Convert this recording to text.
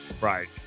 Right